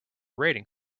rating